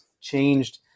changed